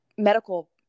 Medical